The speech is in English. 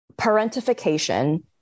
parentification